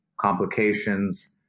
complications